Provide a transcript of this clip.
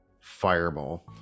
fireball